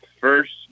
first